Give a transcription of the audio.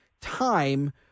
time